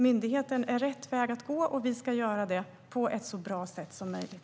Myndigheten är rätt väg att gå, och vi ska arbeta med den på ett så bra sätt som möjligt.